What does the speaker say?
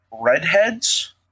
redheads